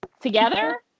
Together